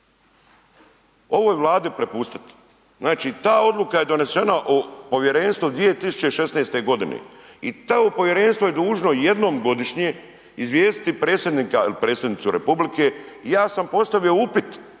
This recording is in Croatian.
ovoj Vladi prepustit, znači ta odluka je donesena o povjerenstvu 2016.g. i to povjerenstvo je dužno jednom godišnje izvijestiti predsjednika ili predsjednicu RH, ja sam postavio upit